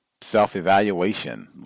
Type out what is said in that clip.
self-evaluation